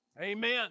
Amen